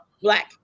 Black